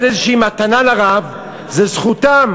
לתת איזושהי מתנה לרב, זו זכותם.